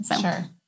Sure